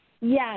Yes